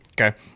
Okay